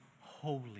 holy